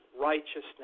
righteousness